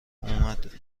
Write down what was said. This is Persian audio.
اومد